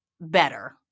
better